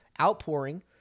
outpouring